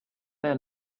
their